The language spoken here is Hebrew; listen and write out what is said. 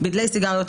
בדלי סיגריות,